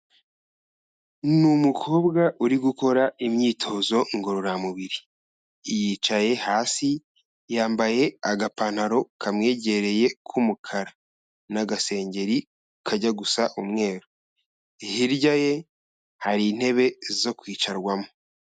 Ni umukobwa uri gukora imyitozo ngororamubiri, yicaye hasi, yambaye agapantaro kamwegereye k'umukara n'agasengeri kajya gusa umweru, hirya ye hari intebe zo kwicarwamo.